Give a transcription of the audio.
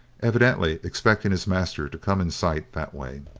evidently expecting his master to come in sight that way.